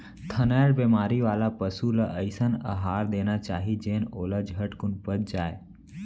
थनैल बेमारी वाला पसु ल अइसन अहार देना चाही जेन ओला झटकुन पच जाय